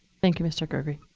thank you, mr. gregory.